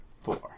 four